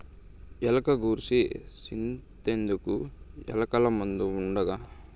ఎలక గూర్సి సింతెందుకు, ఎలకల మందు ఉండాదిగా